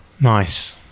Nice